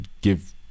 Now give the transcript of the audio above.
give